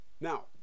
Now